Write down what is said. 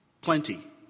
plenty